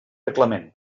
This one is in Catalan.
reglament